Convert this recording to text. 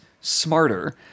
smarter